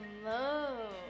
Hello